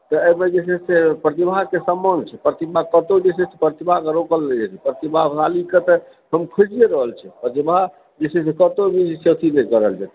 तऽ एहिमे जे छै से प्रतिभाके सम्मान छै प्रतिभा कतहुँ जे छै से प्रतिभाके रोकल नहि जाइ छै प्रतिभावानके तऽ हम खोजिए रहल छी जे बात छै से कतहुँ भी जे छै से एथी नहि करल जेतै